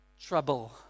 trouble